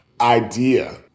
idea